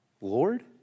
Lord